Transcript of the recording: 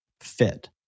fit